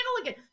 again